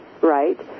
right